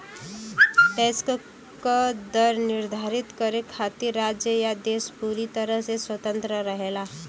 tax क दर निर्धारित करे खातिर राज्य या देश पूरी तरह से स्वतंत्र रहेला